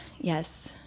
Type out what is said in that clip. yes